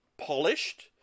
polished